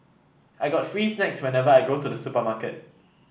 I get free snacks whenever I go to the supermarket